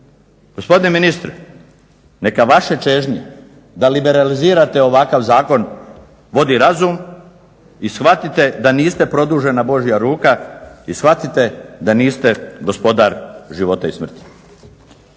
Gospodine ministre neka vaše čežnje da liberalizirate ovakav zakon vodi razum i shvatite da niste produžena Božja ruka i shvatite da niste gospodar života i smrti.